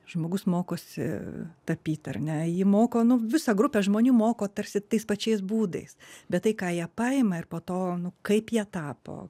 žmogus mokosi tapyt ar ne jį moko nu visą grupę žmonių moko tarsi tais pačiais būdais bet tai ką jie paima ir po to kaip jie tapo